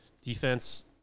defense –